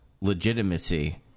legitimacy